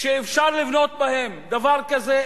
שאפשר לבנות בהם דבר כזה,